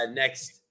Next